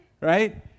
Right